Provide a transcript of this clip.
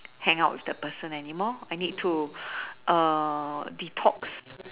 hang out with the person anymore I need to err detox